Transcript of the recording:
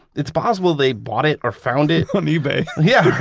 it's possible they bought it or found it um ebay yeah.